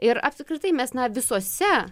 ir apskritai mes na visose